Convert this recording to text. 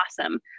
awesome